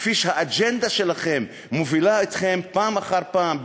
כפי שהאג'נדה שלכם מובילה אתכם פעם אחר פעם,